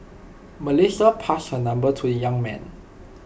Melissa passed her number to young man